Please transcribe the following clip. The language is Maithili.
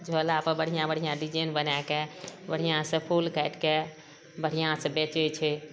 झोलापर बढ़िऑं बढ़िऑं डिजाइन बनाए कऽ बढ़िऑंसॅं फूल काटि कए बढ़िऑंसॅं बेचै छै